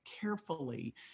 carefully